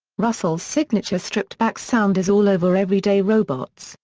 russell's signature stripped-back sound is all over everyday robots,